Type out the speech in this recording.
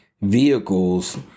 vehicles